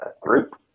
group